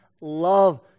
love